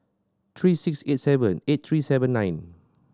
three six eight seven eight three seven nine